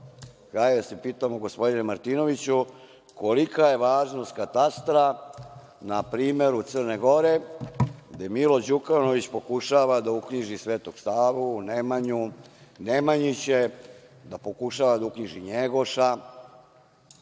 Hajde da se pitamo, gospodine Martinoviću, kolika je važnost katastra na primeru Crne Gore, gde Milo Đukanović pokušava da uknjiži Svetog Savu, Nemanju, Nemanjiće, da pokušava da uknjiži Njegoša